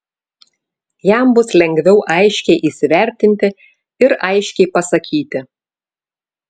jam bus lengviau aiškiai įsivertinti ir aiškiai pasakyti